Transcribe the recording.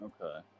Okay